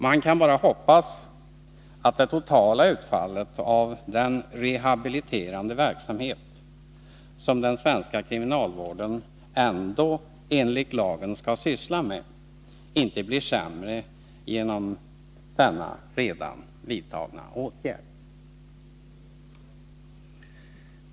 Man kan bara hoppas att det totala utfallet av den rehabiliterande verksamhet som den svenska kriminalvården ändå enligt lagen skall syssla med inte blir sämre genom denna redan vidtagna åtgärd.